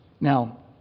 Now